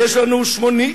יש לנו 67,617,